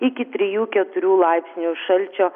iki trijų keturių laipsnių šalčio